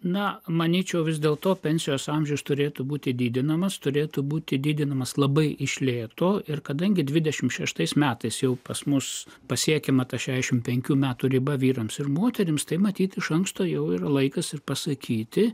na manyčiau vis dėl to pensijos amžius turėtų būti didinamas turėtų būti didinamas labai iš lėto ir kadangi dvidešim šeštais metais jau pas mus pasiekiama ta šešim penkių metų riba vyrams ir moterims tai matyt iš anksto jau ir laikas ir pasakyti